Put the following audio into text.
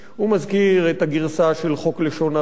הוא מזכיר את הגרסה של חוק לשון הרע,